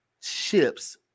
ships